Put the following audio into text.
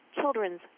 children's